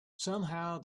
somehow